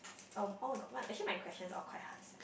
um oh we got one actually my questions all quite hard sia